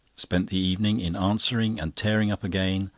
spent the evening in answering, and tearing up again,